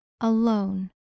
alone